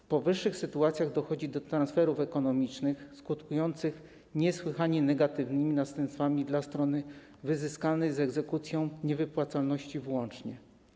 W powyższych sytuacjach dochodzi do transferów ekonomicznych skutkujących niesłychanie negatywnymi następstwami dla strony wyzyskanej, z egzekucją i niewypłacalnością włącznie.